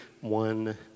one